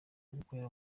gukorera